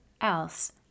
else